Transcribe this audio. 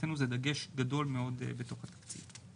מבחינתנו זה דגש גדול מאוד בתוך התקציב.